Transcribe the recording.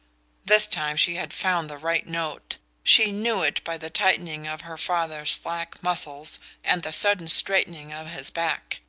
this time she had found the right note she knew it by the tightening of her father's slack muscles and the sudden straightening of his back.